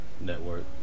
Network